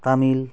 Tamil